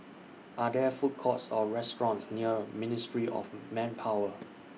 Are There Food Courts Or restaurants near Ministry of Manpower